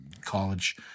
college